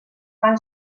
fan